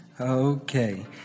Okay